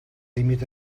límit